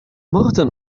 مرة